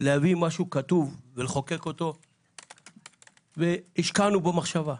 להביא משהו כתוב ולחוקק אותו והשקענו בו מחשבה.